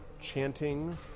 chanting